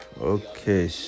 Okay